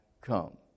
come